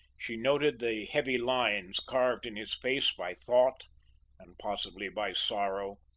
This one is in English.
she noted the heavy lines carved in his face by thought and possibly by sorrow,